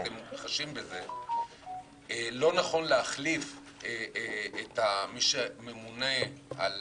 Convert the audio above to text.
אתם חשים בזה לא נכון להחליף את מי שממונה על